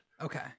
Okay